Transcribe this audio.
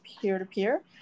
peer-to-peer